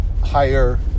higher